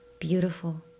beautiful